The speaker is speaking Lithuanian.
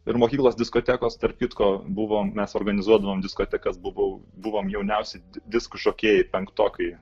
ir mokyklos diskotekos tarp kitko buvo mes organizuodavom diskotekas buvau buvom jauniausi disko žokėjai penktokai